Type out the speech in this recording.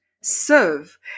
Serve